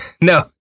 No